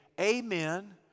amen